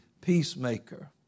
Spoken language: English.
peacemaker